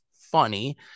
funny